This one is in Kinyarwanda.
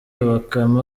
bakame